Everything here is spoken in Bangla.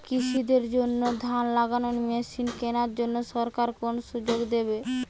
কৃষি দের জন্য ধান লাগানোর মেশিন কেনার জন্য সরকার কোন সুযোগ দেবে?